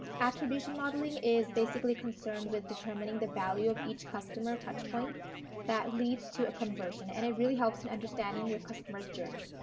attribution modeling is basically concerned with determining the value of each customer touch point that leads to a conversion and it really helps in understanding your customer's journey.